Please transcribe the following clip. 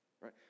right